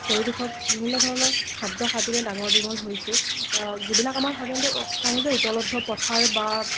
পৰিৱেশত বিভিন্ন ধৰণৰ খাদ্য খাই পিনে ডাঙৰ দীঘল হৈছোঁ যিবিলাক আমাৰ সাধাৰণতে সহজে উপলব্ধ পথাৰ বা